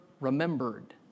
remembered